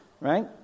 right